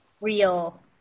real